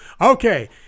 Okay